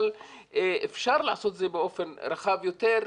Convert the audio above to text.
אבל אפשר לעשות את זה באופן רחב יותר,